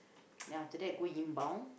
now today I go inbound